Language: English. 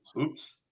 Oops